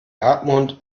erdmond